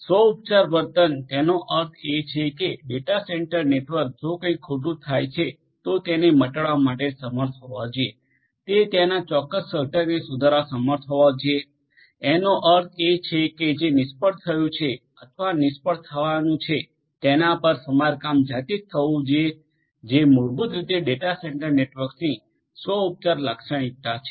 તેથી સ્વઉપચાર વર્તન તેનો અર્થ એ છે કે ડેટા સેન્ટર નેટવર્ક જો કંઇક ખોટું થાય છે તો તેને મટાડવામાં માટે સમર્થ હોવા જોઈએ તે ત્યાંના ચોક્કસ ઘટકને સુધારવામાં સમર્થ હોવા જોઈએ એનો અર્થ છે કે જે નિષ્ફળ થયું છે અથવા નિષ્ફળ થવાનું છે તેના પર સમારકામ જાતે જ થવું જોઈએ જે મૂળભૂત રીતે ડેટા સેન્ટર નેટવર્કની સ્વઉપચાર લાક્ષણિકતા છે